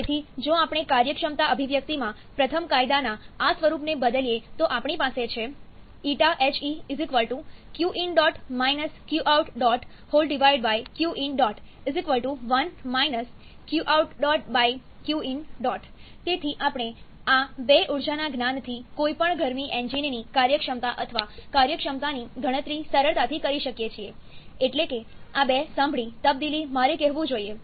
તેથી જો આપણે કાર્યક્ષમતા અભિવ્યક્તિમાં પ્રથમ કાયદાના આ સ્વરૂપને બદલીએ તો આપણી પાસે છે ƞHE Qin QoutQin 1 Qout Qin તેથી આપણે આ બે ઉર્જાના જ્ઞાનથી કોઈપણ ગરમી એન્જિનની કાર્યક્ષમતા અથવા કાર્યક્ષમતાની ગણતરી સરળતાથી કરી શકીએ છીએ એટલે કે આ બે સાંભળી તબદીલી મારે કહેવું જોઈએ